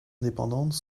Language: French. indépendantes